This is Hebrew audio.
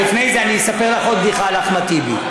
רק לפני זה אני אספר לך עוד בדיחה של אחמד טיבי.